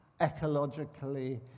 ecologically